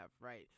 right